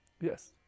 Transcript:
Yes